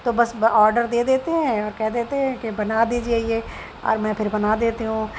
تو بس آڈر دے دیتے ہیں اور کہہ دیتے ہیں کہ بنا دیجیے یہ اور میں پھر بنا دیتی ہوں